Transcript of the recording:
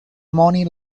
money